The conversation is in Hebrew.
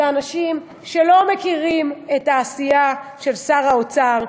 אלה אנשים שלא מכירים את העשייה של שר האוצר.